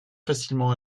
facilement